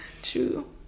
true